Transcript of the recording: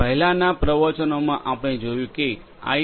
પહેલાનાં પ્રવચનોમાં આપણે જોયું છે કે આઈ